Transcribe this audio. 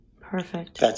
Perfect